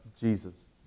Jesus